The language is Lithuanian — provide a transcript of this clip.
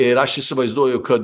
ir aš įsivaizduoju kad